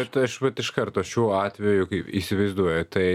bet aš vat iš karto šiuo atveju kaip įsivaizduoju tai